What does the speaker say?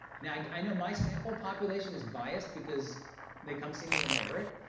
now i know my sample population is biased, because they come see me when they're hurt,